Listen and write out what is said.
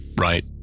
right